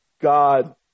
God